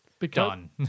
done